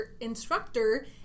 instructor